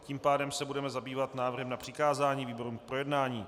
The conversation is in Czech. Tím pádem se budeme zabývat návrhem na přikázání výborům k projednání.